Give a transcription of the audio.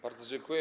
Bardzo dziękuję.